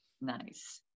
nice